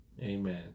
Amen